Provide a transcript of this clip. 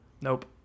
Nope